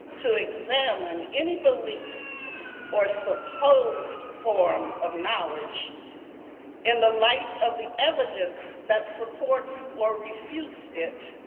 to examine any belief or supposed form of knowledge in the light of the evidence that supports or refutes it